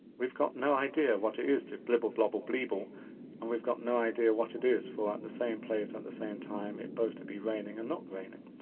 we've got no idea what it is to blibble-blobble-bleable and we've got no idea what it is for at the same place at the same time, it's both to be raining and not raining.